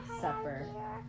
supper